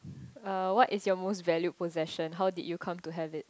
uh what is your most valued possession how did you come to have it